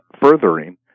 furthering